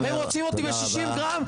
הם רוצים אותי ב-60 גרם.